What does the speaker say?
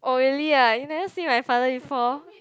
oh really ah you never see my father before